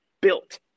built